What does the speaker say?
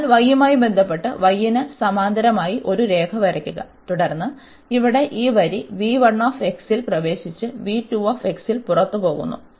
അതിനാൽ y യുമായി ബന്ധപ്പെട്ട് y ന് സമാന്തരമായി ഒരു രേഖ വരയ്ക്കുക തുടർന്ന് ഇവിടെ ഈ വരി ഈ ൽ പ്രവേശിച്ച് ൽ പുറത്തുപോകുന്നു